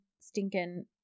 stinking